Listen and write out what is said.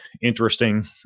interesting